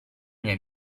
mia